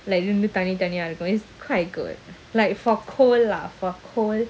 like தனித்தனியாஇருக்கும்:thani thaniya irukum it's quite good like for cold lah for cold